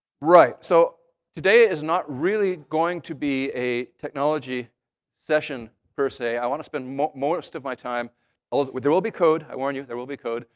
so today is not really going to be a technology session per se. i want to spend most of my time oh, there will be code. i warn you there will be code.